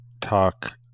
talk